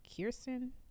Kirsten